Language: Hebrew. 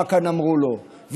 מה כאן אמרו לו,